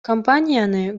компанияны